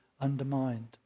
undermined